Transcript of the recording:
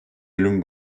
ürün